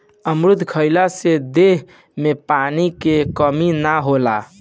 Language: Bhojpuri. अमरुद खइला से देह में पानी के कमी ना होला